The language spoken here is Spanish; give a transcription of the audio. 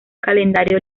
calendario